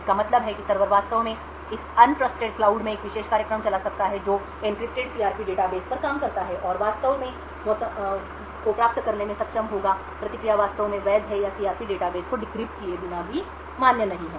इसका मतलब है कि सर्वर वास्तव में इस अन ट्रस्टेड क्लाउड में एक विशेष कार्यक्रम चला सकता है जो एन्क्रिप्टेड सीआरपी डेटाबेस पर काम करता है और वास्तव में मौसम को प्राप्त करने में सक्षम होगा प्रतिक्रिया वास्तव में वैध है या सीआरपी डेटाबेस को डिक्रिप्ट किए बिना भी मान्य नहीं है